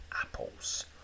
apples